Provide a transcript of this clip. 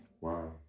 Wow